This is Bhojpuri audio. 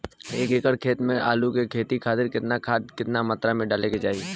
एक एकड़ खेत मे आलू के खेती खातिर केतना खाद केतना मात्रा मे डाले के चाही?